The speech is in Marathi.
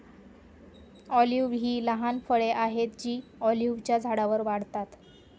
ऑलिव्ह ही लहान फळे आहेत जी ऑलिव्हच्या झाडांवर वाढतात